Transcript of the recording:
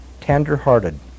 tender-hearted